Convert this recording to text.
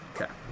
Okay